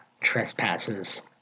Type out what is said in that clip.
trespasses